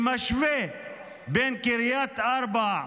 שמשווה בין קריית ארבע,